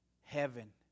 heaven